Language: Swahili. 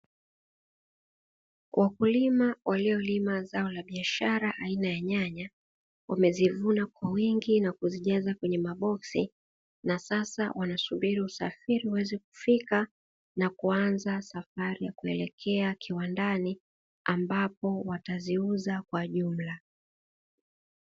Wakulima waliolima zao la biashara aina ya nyanya wamezivuna kwa wingi na kuzijaza kwenye maboksi, na sasa wanasubiri usafiri uweze kufika na kuanza safari kuelekea kiwandani ambapo wataziuza kwa jumla.